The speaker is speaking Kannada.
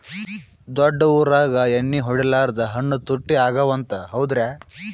ದೊಡ್ಡ ಊರಾಗ ಎಣ್ಣಿ ಹೊಡಿಲಾರ್ದ ಹಣ್ಣು ತುಟ್ಟಿ ಅಗವ ಅಂತ, ಹೌದ್ರ್ಯಾ?